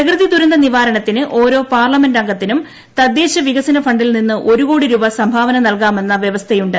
പ്രകൃതി ദുരന്ത നിവാരണത്തിന് ഓരോ പാർലമെന്റ് അംഗത്തിനും തദ്ദേശ വികസന ഫണ്ടിൽ നിന്ന് ഒരു കോടി രൂപ സംഭാവന നൽകാമെന്ന് വൃവസ്ഥയുണ്ട്